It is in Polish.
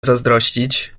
zazdrościć